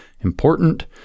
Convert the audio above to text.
important